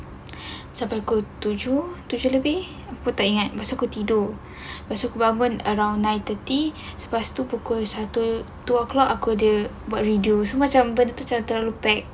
sampai pukul tujuh tujuh lebih aku tak ingat lepas tu aku tidur lepas tu aku bangun around nine thirty lepas tu pukul satu dua O'clock aku ada buat video semua macam benda tu macam terlalu pack